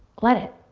let it.